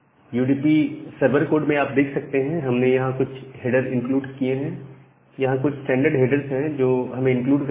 UDP server code में आप देख सकते हैं हमने यहां कुछ हेडर इंक्लूड किए हैं यह कुछ स्टैंडर्ड हेडर्स है जो हमें इंक्लूड करने हैं